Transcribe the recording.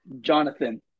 Jonathan